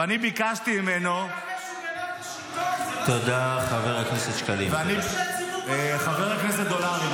ואני ביקשתי ממנו --- וזה גם אחרי שהוא גנב את השלטון,